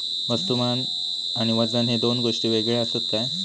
वस्तुमान आणि वजन हे दोन गोष्टी वेगळे आसत काय?